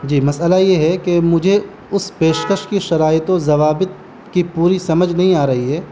جی مسئلہ یہ ہے کہ مجھے اس پیشکش کی شرائط و ضوابط کی پوری سمجھ نہیں آ رہی ہے